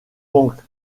manque